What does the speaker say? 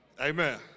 Amen